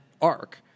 arc